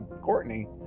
Courtney